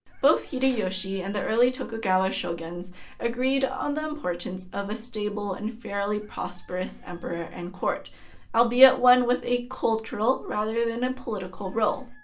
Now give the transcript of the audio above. both hideyoshi and the early tokugawa shoguns agreed on the importance of a stable and fairly prosperous emperor and court albeit one with a cultural rather than a political role.